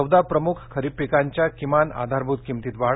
चौदा प्रमुख खरीप पिकांच्या किमान आधारभूत किंमतीत वाढ